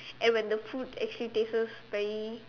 and when the food actually tasted very